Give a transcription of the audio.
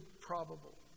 probable